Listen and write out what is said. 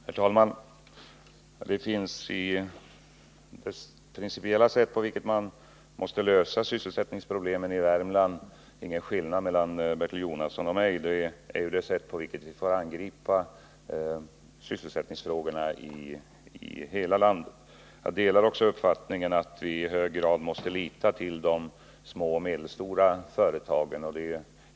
Herr talman! Det finns ingen principiell skillnad i synsätt mellan Bertil Jonasson och mig när det gäller hur man måste gå till väga för att lösa sysselsättningsproblemen i Värmland. Det är ju f. ö. på det här sättet vi får angripa sysselsättningsfrågorna i hela landet. Jag delar också uppfattningen att vi i hög grad måste lita till de små och medelstora företagen.